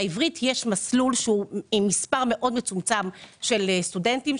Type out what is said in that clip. לעברית יש מסלול עם מספר מאוד מצומצם של סטודנטים,